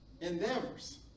endeavors